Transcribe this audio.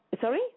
Sorry